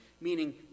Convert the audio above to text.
meaning